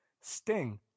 Sting